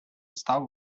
став